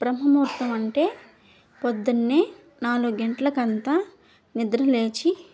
బ్రహ్మముహూర్తం అంటే పొద్దున్నే నాలుగు గంటలకు అంతా నిద్ర లేచి